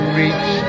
reach